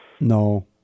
no